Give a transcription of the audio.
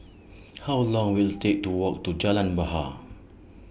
How Long Will IT Take to Walk to Jalan Bahar